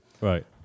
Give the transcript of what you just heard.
Right